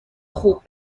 خوب